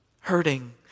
hurting